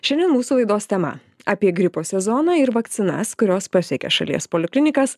šiandien mūsų laidos tema apie gripo sezoną ir vakcinas kurios pasiekė šalies poliklinikas